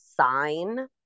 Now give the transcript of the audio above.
sign